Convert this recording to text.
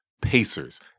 Pacers